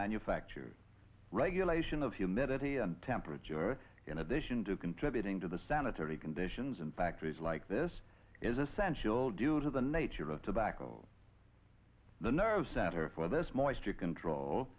manufacture regulation of humidity and temperature in addition to contributing to the sanitary conditions in factories like this is essential due to the nature of tobacco the nerve center for this more strict control